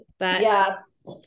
yes